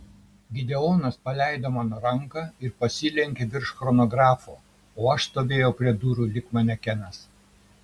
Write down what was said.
gideonas paleido mano ranką ir pasilenkė virš chronografo o aš stovėjau prie durų lyg manekenas